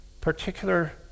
particular